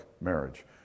marriage